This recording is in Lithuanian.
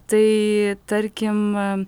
tai tarkim